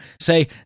Say